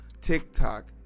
TikTok